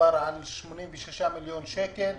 מדובר על 86 מיליון שקל.